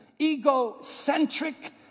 egocentric